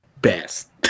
best